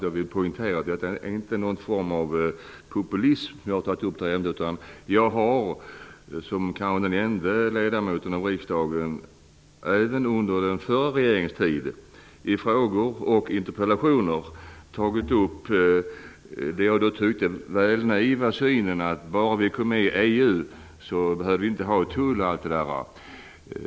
Jag vill poängtera att det inte är av någon form av populism som jag tagit upp det här ämnet, utan jag har som kanhända den enda ledamoten i riksdagen, även under den förra regeringens tid, i frågor och interpellationer tagit upp den, som jag tyckte, väl naiva synen att bara vi kom med i EU så behövde vi inte ha tull.